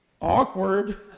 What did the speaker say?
Awkward